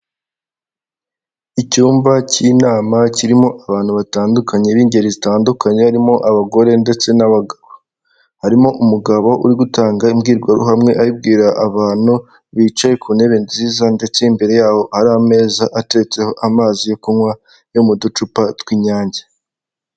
Icyumba k'inama kirimo abantu batandukanye b'ingeri zitandukanye, harimo abagore ndetse harimo n'umugabo uri gutanga imbwirwaruhame, ayibwira abantu bicaye ku ntebe nziza ndetse imbere yaho hari ameza atetseho amazi yo kunywa yo mu ducupa tw'inyange.